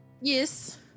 Yes